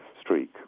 streak